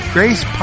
Grace